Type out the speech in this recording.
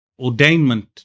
ordainment